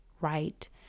right